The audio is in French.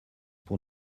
pour